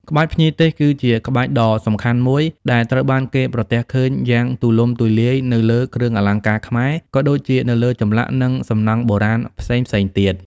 ក្បាច់ភ្ញីទេស គឺជាក្បាច់ដ៏សំខាន់មួយទៀតដែលត្រូវបានគេប្រទះឃើញយ៉ាងទូលំទូលាយនៅលើគ្រឿងអលង្ការខ្មែរ ក៏ដូចជានៅលើចម្លាក់ និងសំណង់បុរាណផ្សេងៗទៀត។